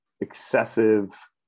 excessive